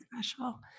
special